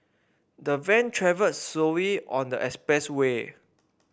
the van travelled slowly on the expressway